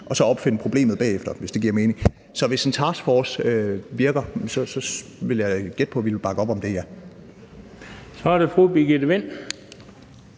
og så opfinde problemet bagefter – hvis det giver mening. Så hvis en taskforce virker, vil jeg gætte på, at vi vil bakke op om det, ja. Kl. 19:34 Den fg. formand